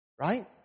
Right